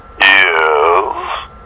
Yes